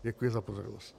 Děkuji za pozornost.